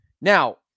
now